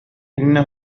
إنه